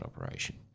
operation